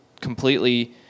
completely